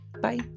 Bye